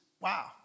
Wow